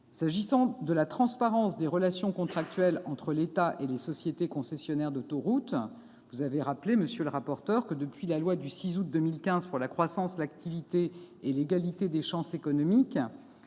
S'agissant de la transparence des relations contractuelles entre l'État et les sociétés concessionnaires d'autoroutes, il convient de rappeler que la loi du 6 août 2015 pour la croissance, l'activité et l'égalité des chances économiques